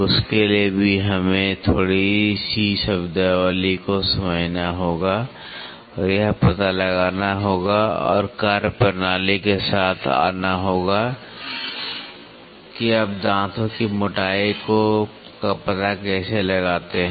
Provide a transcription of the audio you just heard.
उसके लिए भी हमें थोड़ी सी शब्दावली को समझना होगा और यह पता लगाना होगा और कार्यप्रणाली के साथ आना होगा कि आप दांतों की मोटाई का पता कैसे लगाते हैं